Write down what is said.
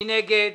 מי נגד?